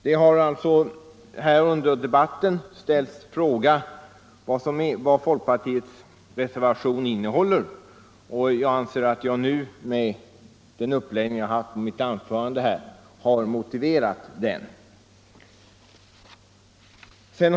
Det har här under debatten frågats vad folkpartiets reservation innehåller och jag anser att jag nu, med den uppläggning jag haft i mitt anförande, har motiverat den.